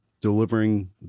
delivering